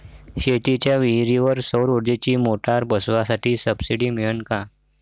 शेतीच्या विहीरीवर सौर ऊर्जेची मोटार बसवासाठी सबसीडी मिळन का?